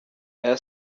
aya